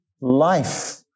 life